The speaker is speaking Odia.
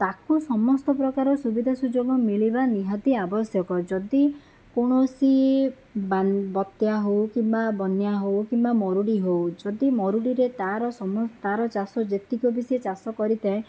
ତାକୁ ସମସ୍ତ ପ୍ରକାର ସୁବିଧା ସୁଯୋଗ ମିଳିବା ନିହାତି ଆବଶ୍ୟକ ଯଦି କୌଣସି ବାତ୍ୟା ହେଉ କିମ୍ବା ବନ୍ୟା ହେଉ କିମ୍ବା ମରୁଡ଼ି ହେଉ ଯଦି ମରୁଡ଼ିରେ ତା'ର ସମୟ ତା'ର ଚାଷ ଯେତିକି ବି ସେ ଚାଷ କରିଥାଏ